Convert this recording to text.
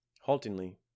haltingly